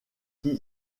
qui